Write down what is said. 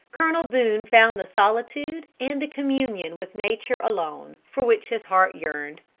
colonel boone found the solitude and the communion with nature alone, for which his heart yearned.